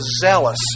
zealous